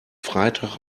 freitag